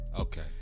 Okay